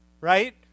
right